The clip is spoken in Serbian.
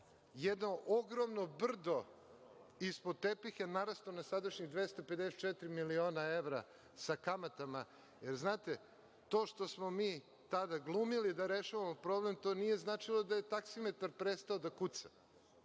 jedno ogromno brdo ispod tepiha narastao na sadašnjih 254 miliona evra sa kamatama. Znate, to što smo mi tada glumili da rešavamo problem to nije značilo da je taksimetar prestao da kuca.